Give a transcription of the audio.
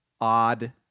odd